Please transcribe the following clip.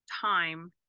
time